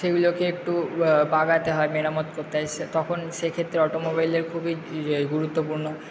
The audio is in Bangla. সেগুলোকে একটু বাগাতে হয় মেরামত করতে হয় তখন সেক্ষেত্রে অটোমোবাইলের খুবই গুরুত্বপূর্ণ